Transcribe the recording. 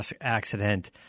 accident